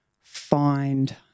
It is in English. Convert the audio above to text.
find